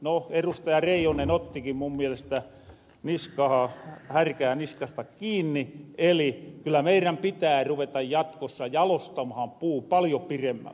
no erustaja reijonen ottikin mun mielestä härkää niskasta kiinni eli kyllä meirän pitää ruveta jatkossa jalostamahan puu paljo piremmälle